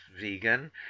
vegan